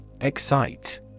Excite